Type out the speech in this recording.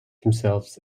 himself